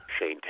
Shane